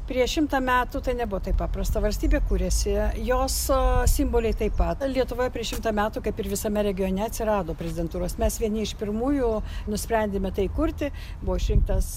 prieš šimtą metų tai nebuvo taip paprasta valstybė kūrėsi jos simboliai taip pat lietuvoje prieš šimtą metų kaip ir visame regione atsirado prezidentūros mes vieni iš pirmųjų nusprendėme tai įkurti buvo išrinktas